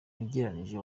ugereranije